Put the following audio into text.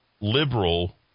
liberal